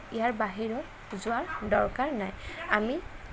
ইয়াৰ বাহিৰত যোৱাৰ দৰকাৰ নাই আমি